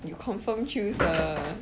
you confirm choose the